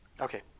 Okay